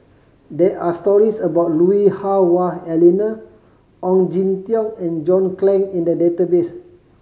there are stories about Lui Hah Wah Elena Ong Jin Teong and John Clang in the database